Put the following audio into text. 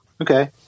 Okay